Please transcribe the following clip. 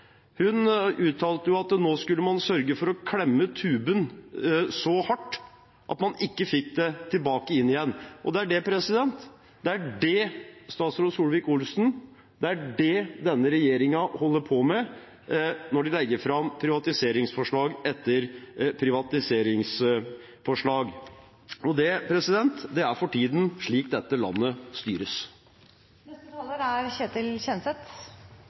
Helleland uttalte at nå skulle man sørge for å klemme tuben så hardt at man ikke fikk innholdet inn igjen. Det er det statsråd Solvik-Olsen og denne regjeringen holder på med når de legger fram privatiseringsforslag etter privatiseringsforslag. Det er for tiden slik dette landet styres. Jeg måtte ta ordet etter å ha sittet og hørt på denne lange debatten, for det er